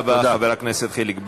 תודה רבה, חבר הכנסת חיליק בר.